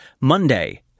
Monday